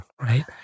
Right